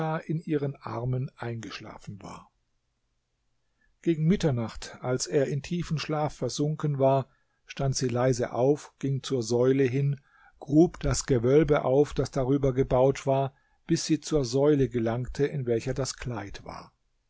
in ihren armen eingeschlafen war gegen mitternacht als er in tiefen schlaf versunken war stand sie leise auf ging zur säule hin grub das gewölbe auf das darüber gebaut war bis sie zur säule gelangte in welcher das kleid war